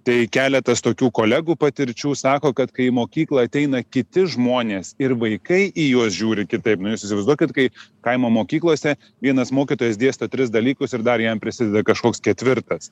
tai keletas tokių kolegų patirčių sako kad kai į mokyklą ateina kiti žmonės ir vaikai į juos žiūri kitaip nu jūs įsivaizduokit kai kaimo mokyklose vienas mokytojas dėsto tris dalykus ir dar jam prisideda kažkoks ketvirtas